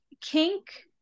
Kink